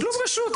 זה תשלום רשות.